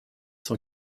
sans